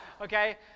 okay